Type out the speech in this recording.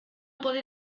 poder